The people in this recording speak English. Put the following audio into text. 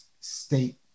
state